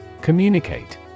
communicate